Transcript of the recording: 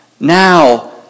now